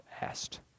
asked